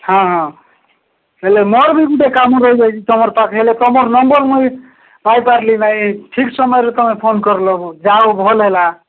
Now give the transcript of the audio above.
ହଁ ହଁ ହେଲେ ମୋର ବି ଗୋଟେ କାମ ରହିଯାଇଛି ତୁମ ପାଖରେ ହେଲେ ତୁମର ନମ୍ବର ମୁଁ ବି ପାଇପାରିଲି ନାହିଁ ଠିକ ସମୟରେ ତୁମେ ଫୋନ କଲ ଯାହାହେଉ ଭଲ ହେଲା